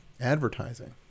Advertising